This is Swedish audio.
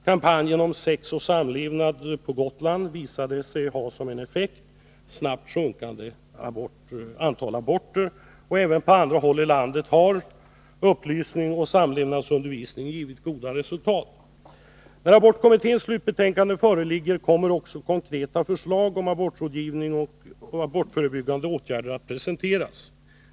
Kampanjen på Gotland om sex och samlevnad visade sig ha som effekt ett snabbt sjunkande antal aborter. Även på andra håll i landet har upplysningsoch samlevnadsundervisning givit goda resultat. När abortkommitténs slutbetänkande föreligger kommer också konkreta förslag om abortrådgivning och abortförebyggande åtgärder att presenteras.